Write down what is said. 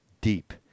deep